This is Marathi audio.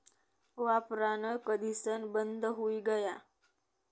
वापरान कधीसन बंद हुई गया